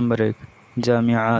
number ایک جامعات